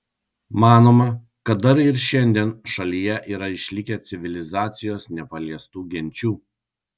manoma kad dar ir šiandien šalyje yra išlikę civilizacijos nepaliestų genčių